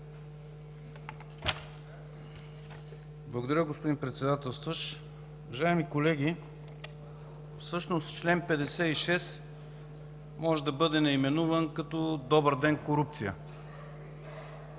Благодаря, господин Председател. Уважаеми колеги, всъщност чл. 56 може да бъде наименуван като „Добър ден, корупция!”.